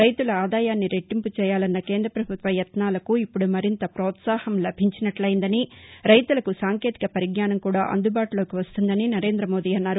రైతుల ఆదాయాన్ని రెట్టింపు చేయాలన్న కేంద్ర ప్రభుత్వ యత్నాలకు ఇప్పుడు మరింత ప్రోత్సాహం లభించనట్టయిందని రైతులకు సాంకేతిక పరిజ్ఞానం కూడా అందుబాటులోకి వస్తుందని నరేంద్రమోదీ అన్నారు